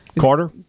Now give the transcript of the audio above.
Carter